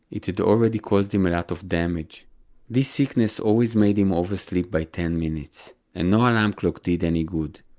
it had already caused him a lot of damage this sickness always made him oversleep by ten minutes, and no alarm clock did any good.